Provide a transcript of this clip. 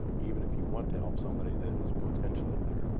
even if you want to help somebody that is potentially there.